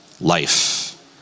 life